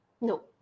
No